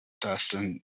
Dustin